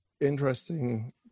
interesting